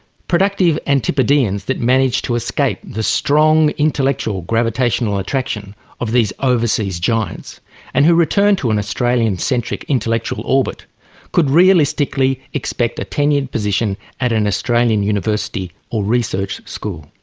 productive antipodeans that manage to escape the strong intellectual gravitational attraction of these overseas giants and who returned to an australian centric intellectual orbit could really stick the expected tenured position at an australian university or research school.